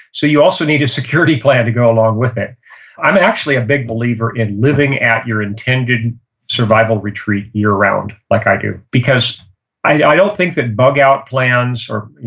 so you also need a security plan to go along with it i'm actually a big believer in living at your intended survival treat year-round like i do because i don't think that bug out plans are